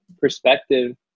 perspective